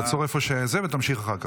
תעצור איפה שזה, ותמשיך אחר כך.